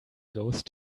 ghost